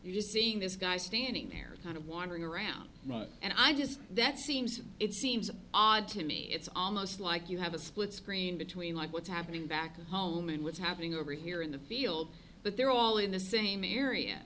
you're just seeing this guy standing there kind of wandering around and i just that seems it seems odd to me it's almost like you have a split screen between like what's happening back home and what's happening over here in the field but they're all in the same area